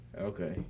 okay